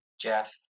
Jeff